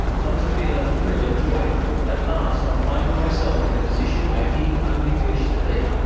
not to feel a thrill of joy at last on finding myself in the position where he only wished to be.